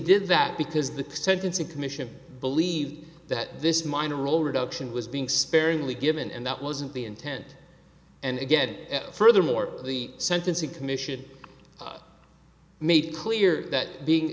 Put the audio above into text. did that because the sentencing commission believed that this minor role reduction was being sparingly given and that wasn't the intent and again furthermore the sentencing commission made clear that